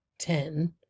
Ten